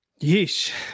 Yeesh